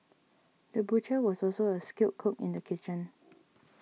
the butcher was also a skilled cook in the kitchen